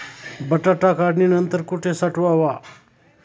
बटाटा काढणी नंतर कुठे साठवावा?